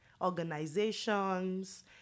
Organizations